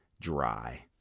dry